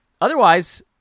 otherwise